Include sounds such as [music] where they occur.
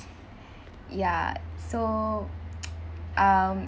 ya so [noise] um